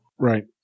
Right